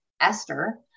Esther